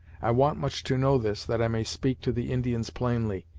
i want much to know this, that i may speak to the indians plainly,